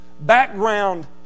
background